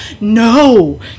no